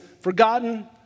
forgotten